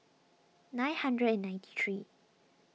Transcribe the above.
nine hundred and ninety three